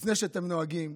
לפני שאתם נוהגים,